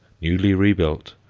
newly rebuilt,